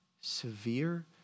severe